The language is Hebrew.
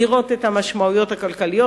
לראות את המשמעויות הכלכליות.